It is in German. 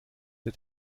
der